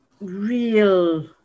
real